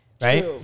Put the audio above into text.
right